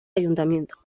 ayuntamiento